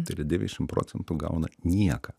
tai yra devyšiam procentų gauna nieką